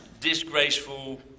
disgraceful